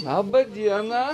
laba diena